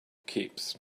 keeps